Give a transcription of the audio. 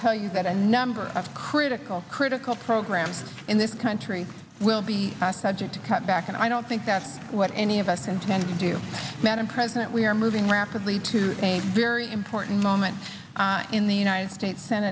tell you that any number of critical critical programs in this country will be asked subject to cut back and i don't think that's what any of us intend to do madam president we are moving rapidly to a very important moment in the united states